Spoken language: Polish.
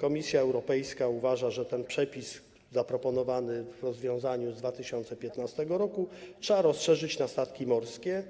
Komisja Europejska uważa, że ten przepis zaproponowany w rozwiązaniu z 2015 r. trzeba rozszerzyć na statki morskie